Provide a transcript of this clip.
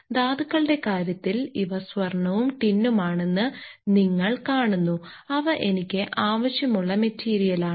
ധാതുക്കളുടെ കാര്യത്തിൽ ഇവ സ്വർണ്ണവും ടിന്നും ആണെന്ന് നിങ്ങൾ കാണുന്നു അവ എനിക്ക് ആവശ്യമുള്ള മെറ്റീരിയലാണ്